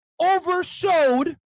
overshowed